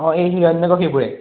অঁ এই হিৰণ্যকশিপুৰে